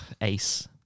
ace